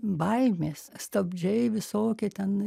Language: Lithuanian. baimės stabdžiai visokie ten